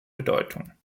bedeutung